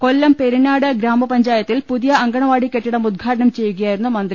കൊല്ലം പെരിനാട് ഗ്രാമപഞ്ചായത്തിൽ പുതിയ അങ്കണവാടികെട്ടിടം ഉദ്ഘാടനം ചെയ്യുകയായിരുന്നു മന്ത്രി